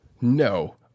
No